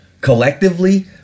collectively